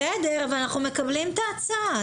בסדר, אבל אנחנו מקבלים את ההצעה.